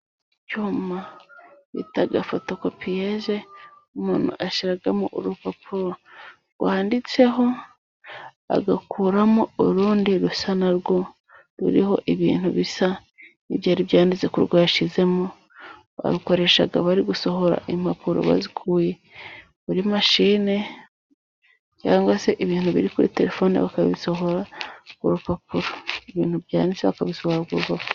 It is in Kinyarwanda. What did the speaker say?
Icyuma bita fotokopiyeze umuntu ashyiramo urupapuro rwanditseho, agakuramo urundi rusa narwo, ruriho ibintu bisa n'ibyari byanditse kurwo washyizemo. barukoresha bari gusohora impapuro bazikuye muri mashine, cyangwa se ibintu biri kuri telefoni, bakabisohora ku rupapuro, ibintu byanditse bakabisohora ku rupapuro.